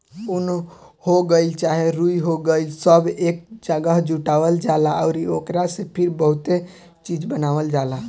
उन हो गइल चाहे रुई हो गइल सब एक जागह जुटावल जाला अउरी ओकरा से फिर बहुते चीज़ बनावल जाला